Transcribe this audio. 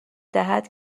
دهد